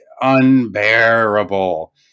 unbearable